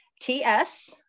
TS